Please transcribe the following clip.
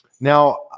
Now